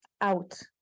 out